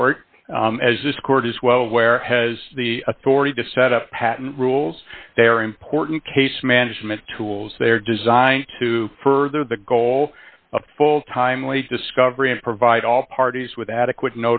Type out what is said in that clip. court as this court is well aware has the authority to set up patent rules they're important case management tools they're designed to further the goal of full timely discovery and provide all parties with adequate